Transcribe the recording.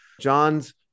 John's